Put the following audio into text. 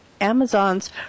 amazon's